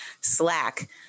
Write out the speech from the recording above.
Slack